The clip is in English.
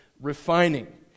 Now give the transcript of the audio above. refining